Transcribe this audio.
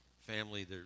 family